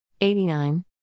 89